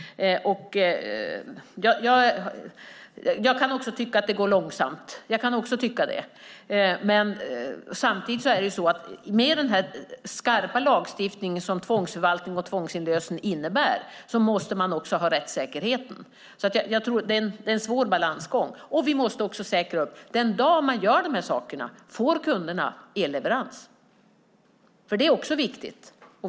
Jag kan också tycka att det går långsamt. Men med den här skarpa lagstiftningen, som tvångsförvaltning och tvångsinlösen innebär, måste man också ha rättssäkerheten. Det är en svår balansgång. Vi måste också säkra att kunderna får elleverans den dag man gör de här sakerna. Det är också viktigt.